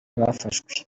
bafashwe